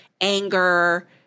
anger